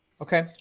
Okay